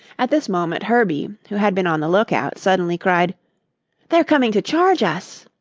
at this moment, herbie, who had been on the lookout, suddenly cried they're coming to charge us.